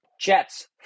Jets